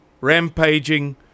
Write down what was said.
rampaging